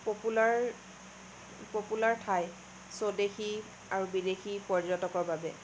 popular popular ঠাই স্বদেশী আৰু বিদেশী পৰ্যটকৰ বাবে